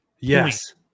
yes